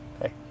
hey